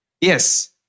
Yes